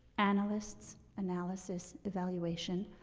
analysts, analysis, evaluation,